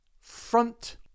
front